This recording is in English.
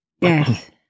Yes